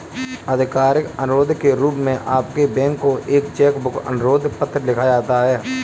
आधिकारिक अनुरोध के रूप में आपके बैंक को एक चेक बुक अनुरोध पत्र लिखा जाता है